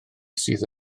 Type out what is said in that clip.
sydd